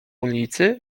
ulicy